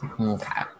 Okay